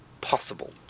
possible